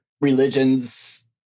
religions